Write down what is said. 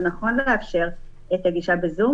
זה נכון לאפשר את הגישה בזום.